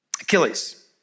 Achilles